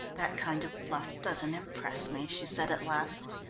that kind of bluff doesn't impress me, she said at last.